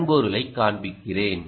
வன்பொருளைக் காண்பிக்கிறேன்